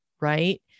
right